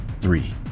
Three